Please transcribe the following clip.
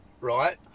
right